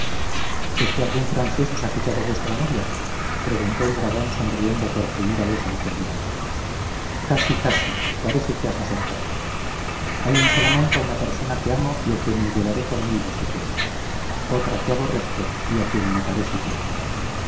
es que algún francés os ha quitado vuestra novia preguntó el dragón sonriendo por primera vez en aquel diálogo casi casi parece que vas acertando hay en salamanca una persona que amo y a quien me llevaré conmigo si puedo otra que aborrezco y a quien mataré si puedo